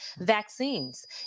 Vaccines